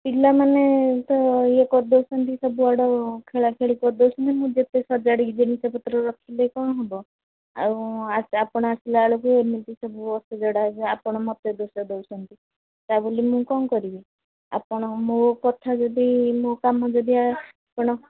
ପିଲାମାନେ ତ ଇଏ କରିଦେଉଛନ୍ତି ସବୁଆଡ଼ୁ ଖେଳା ଖେଳି କରିଦେଉଛନ୍ତି ମୁଁ ଯେତେ ସଜାଡ଼ିକି ଜିନିଷପତ୍ର ରଖିଲେ କ'ଣ ହବ ଆଉ ଆପଣ ଆସିଲା ବେଳକୁ ଏମିତି ସବୁ ଅସଜଡ଼ା ହିଁ ଆପଣ ମତେ ଦୋଷ ଦେଉଛନ୍ତି ତା'ବୋଲି ମୁଁ କ'ଣ କରିବି ଆପଣ ମୋ କଥା ଯଦି ମୋ କାମ ଯଦି ଆପଣ